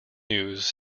news